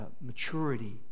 maturity